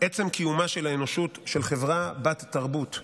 עצם קיומה של האנושות, של חברה בת-תרבות.